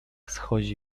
schodzi